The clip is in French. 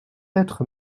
être